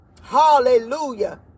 Hallelujah